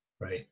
right